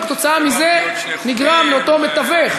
כתוצאה מזה נגרם לאותו מתווך,